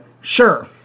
Sure